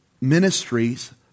ministries